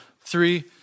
three